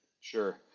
Sure